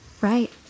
Right